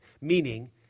meaning